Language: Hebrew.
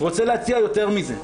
רוצה להציע יותר מזה.